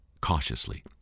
cautiously